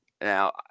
Now